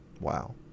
Wow